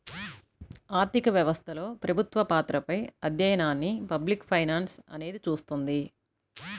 ఆర్థిక వ్యవస్థలో ప్రభుత్వ పాత్రపై అధ్యయనాన్ని పబ్లిక్ ఫైనాన్స్ అనేది చూస్తుంది